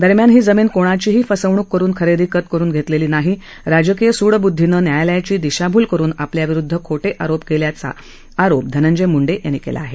दरम्यान ही जमीन कोणाचीही फसवणूक करुन खरेदी खत करुन घेतलेली नाही राजकीय सूडब्दधीनं न्यायालयाची दिशाभूल करुन आपल्या विरुदध खोटे आरोप केल्याचा धनंजय मुंडे यांनी म्हटलं आहे